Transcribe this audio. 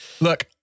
Look